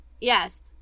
yes